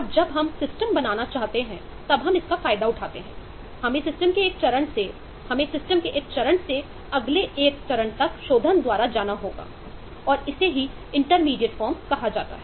और जब हम सिस्टम बनाना चाहते हैं तब हम इसका फायदा उठाते हैं हमें सिस्टम के एक चरण से हमें सिस्टम के एक चरण से अगले एक तक शोधन द्वारा जाना होगा और इसे ही इंटरमीडिएट फॉर्म कहा जाता है